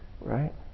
right